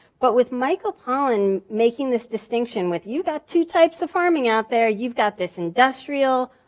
but with michael pollan making this distinction with you got two types of farming out there. you've got this industrial,